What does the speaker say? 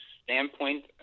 standpoint